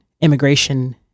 immigration